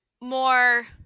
more